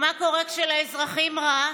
ומה קורה כשלאזרחים רע?